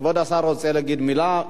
כבוד השר רוצה להגיד מלה.